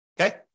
okay